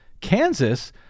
Kansas